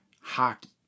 hockey